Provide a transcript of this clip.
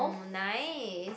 nine